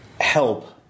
help